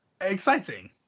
Exciting